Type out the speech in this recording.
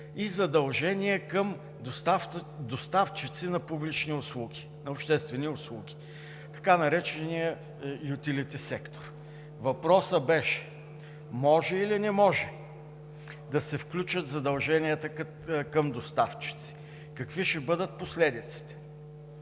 и задължения към доставчици на обществени услуги, така наречения ютилити сектор. Въпросът беше: може или не може да се включат задълженията към доставчиците, какви ще бъдат последиците?